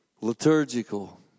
liturgical